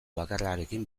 bakarrarekin